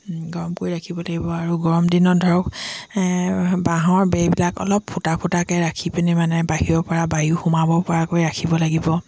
গৰম কৰি ৰাখিব লাগিব আৰু গৰম দিনত ধৰক বাঁহৰ বেৰবিলাক অলপ ফুটা ফুটাকৈ ৰাখি পিনি মানে বাহিৰৰ পৰা বায়ু সোমাব পৰাকৈ ৰাখিব লাগিব